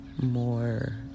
more